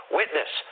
witness